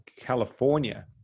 California